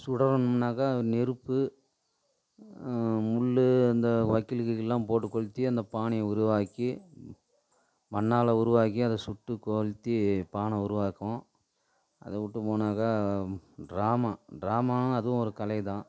சுடுறோம்னாக்கா நெருப்பு முள் அந்த வைக்கோலு கிக்கலுலாம் போட்டு கொளுத்தி அந்த பானையை உருவாக்கி மண்ணால் உருவாக்கி அதை சுட்டு கொளுத்தி பானை உருவாக்குவோம் அதை விட்டுப்போனாக்கா ட்ராமா ட்ராமாகவும் அதுவும் ஒரு கலை தான்